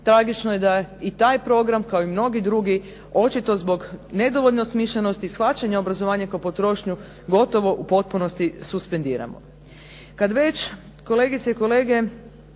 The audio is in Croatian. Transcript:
tragično je da i taj program kao i mnogi drugi očito zbog nedovoljno smišljenosti i shvaćanja obrazovanja kao potrošnju gotovo u potpunosti suspendiramo. Kad već kolegice i kolege